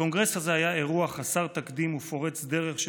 הקונגרס הזה היה אירוע חסר תקדים ופורץ דרך,